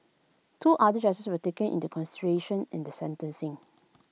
two other charges were taken into consideration in the sentencing